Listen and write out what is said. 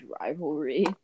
rivalry